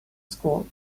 school